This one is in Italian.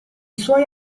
suoi